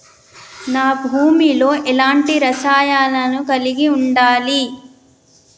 నా భూమి లో ఎలాంటి రసాయనాలను కలిగి ఉండాలి?